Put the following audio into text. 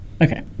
Okay